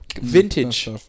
Vintage